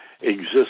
exists